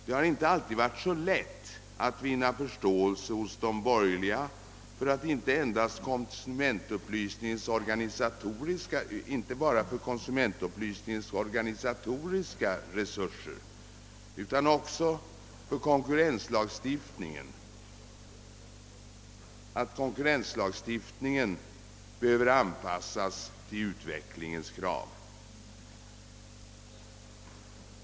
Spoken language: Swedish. Det har inte alltid varit så lätt att hos de borgerliga vinna förståelse för att inte bara konsumentupplysningens organisatoriska resurser utan också konkurrenslagstiftningen behöver anpassas till utvecklingens krav.